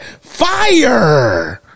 Fire